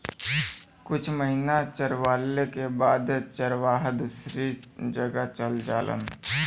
कुछ महिना चरवाले के बाद चरवाहा दूसरी जगह चल जालन